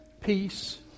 peace